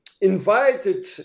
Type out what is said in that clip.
invited